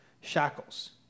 shackles